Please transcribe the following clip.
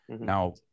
Now